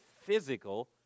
physical